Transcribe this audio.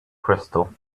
crystal